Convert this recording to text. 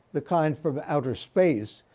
the kind from outer space,